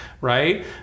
right